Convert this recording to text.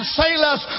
sailors